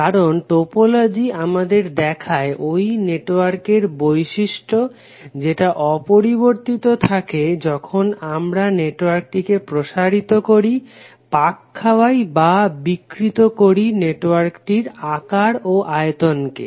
কারণ টোপোলজি আমাদের দেখায় ঐ নেটওয়ার্কের বৈশিষ্ট্য যেটা অপরিবর্তিত থাকে যখন আমরা নেটওয়ার্কটিকে প্রসারিত করি পাক খাওয়াই বা বিকৃত করি নেটওয়ার্কটির আকার ও আয়তন কে